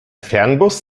fernbus